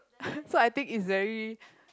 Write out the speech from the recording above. so I think it's very